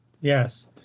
Yes